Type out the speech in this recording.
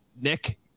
Nick